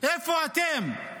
איפה אתם?